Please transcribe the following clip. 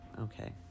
okay